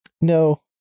No